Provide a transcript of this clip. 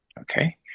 okay